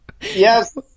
Yes